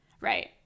Right